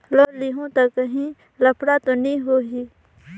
Loan लेहूं ता काहीं लफड़ा तो नी होहि?